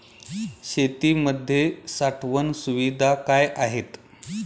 शेतीमध्ये साठवण सुविधा काय आहेत?